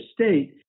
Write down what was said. State